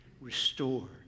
restore